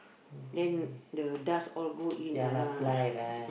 then the dust all go in ah